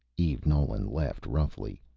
eve nolan laughed roughly.